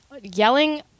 yelling